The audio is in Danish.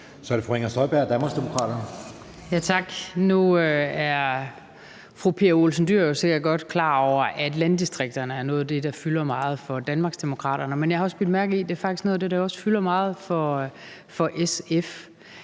Så er det fru Inger Støjberg, Danmarksdemokraterne. Kl. 13:19 Inger Støjberg (DD): Tak. Nu er fru Pia Olsen Dyhr sikkert godt klar over, at landdistrikterne er noget af det, der fylder meget for Danmarksdemokraterne, men jeg har også bidt mærke i, at det faktisk også er noget af det, der fylder meget for SF.